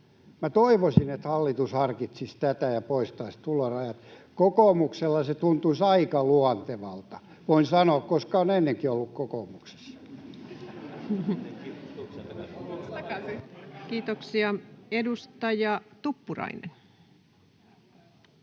toivoisin, että hallitus harkitsisi tätä ja poistaisi tulorajat. Kokoomukselle se tuntuisi aika luontevalta. Voin sanoa, koska olen ennenkin ollut kokoomuksessa. Kiitoksia. — Edustaja Tuppurainen.